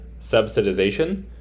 subsidization